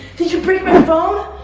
did you break my phone?